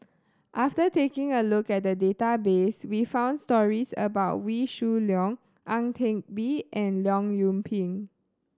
after taking a look at the database we found stories about Wee Shoo Leong Ang Teck Bee and Leong Yoon Pin